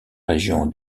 région